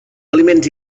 aliments